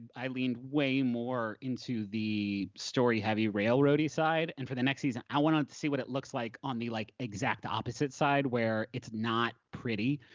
i leaned way more into the story-heavy railroady side. and for the next season, i wanna see what it looks like on the like exact opposite side where it's not pretty,